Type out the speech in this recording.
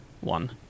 one